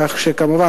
כך שכמובן,